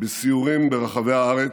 בסיורים ברחבי הארץ,